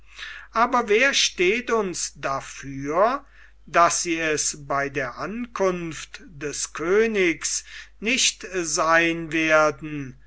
aber wer steht uns dafür daß sie es bei der ankunft des königs nicht sein werden